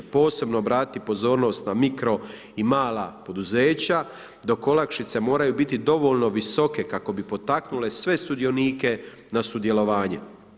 Posebno obratiti pozornost na mikro i mala poduzeća dok olakšice moraju biti dovoljno visoke kako bi potaknule sve sudionike na sudjelovanje.